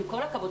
עם כל הכבוד,